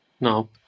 No